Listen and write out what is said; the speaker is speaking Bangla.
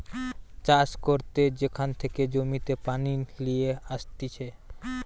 চাষ করতে যেখান থেকে জমিতে পানি লিয়ে আসতিছে